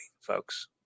folks